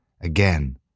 Again